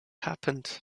happened